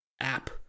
app